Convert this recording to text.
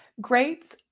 great